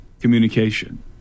communication